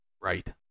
Right